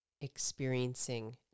experiencing